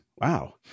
Wow